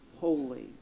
holy